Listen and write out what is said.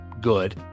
good